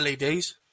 LEDs